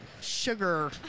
sugar